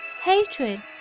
hatred